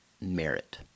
merit